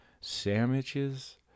sandwiches